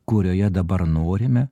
kurioje dabar norime